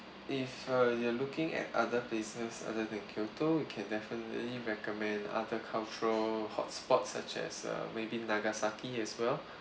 if uh you are looking at other places other than kyoto we can definitely recommend other cultural hot spots such as uh maybe nagasaki as well